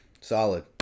solid